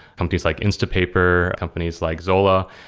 companies like instapaper, companies like zola,